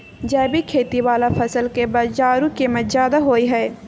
जैविक खेती वाला फसल के बाजारू कीमत ज्यादा होय हय